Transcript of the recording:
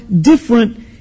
different